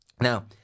Now